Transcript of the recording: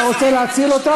אני עונה לך.